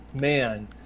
man